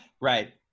Right